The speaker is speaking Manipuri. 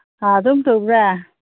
ꯑꯥ ꯑꯗꯨꯝ ꯇꯧꯕ꯭ꯔꯥ